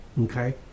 Okay